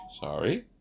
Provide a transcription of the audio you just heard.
Sorry